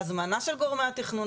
הזמנה של גורמי תכנון,